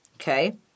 Okay